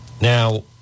Now